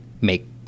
make